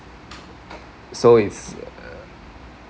so it's uh